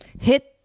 Hit